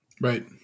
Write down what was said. right